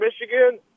Michigan